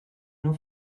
nur